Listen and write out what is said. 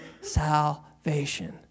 salvation